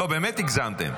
לא, באמת הגזמתם.